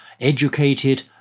educated